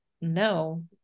No